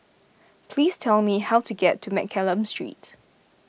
please tell me how to get to Mccallum Street